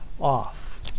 off